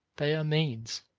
they are means,